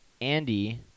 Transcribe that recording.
Andy